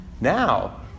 Now